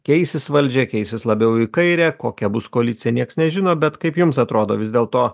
keisis valdžia keisis labiau į kairę kokia bus koalicija nieks nežino bet kaip jums atrodo vis dėlto